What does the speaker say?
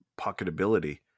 pocketability